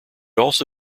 also